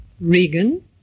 Regan